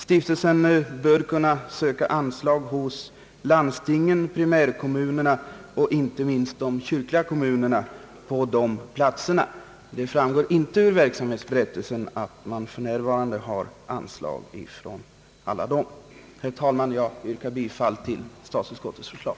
Stiftelsen bör kunna söka anslag hos landstingen, primärkommunerna och inte minst hos de kyrkliga kommunerna på dessa platser. Det framgår inte av verksamhetsberättelsen att man för närvarande får anslag från alla dem. Herr talman! Jag yrkar bifall till statsutskottets förslag.